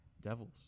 devils